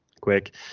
quick